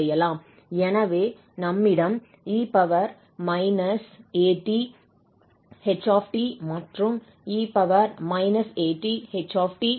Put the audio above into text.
எனவே நம்மிடம் 𝑒−𝑎𝑡𝐻𝑡 மற்றும் 𝑒−𝑎𝑡𝐻𝑡 உள்ளன